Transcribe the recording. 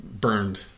burned